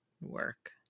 work